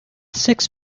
six